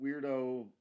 weirdo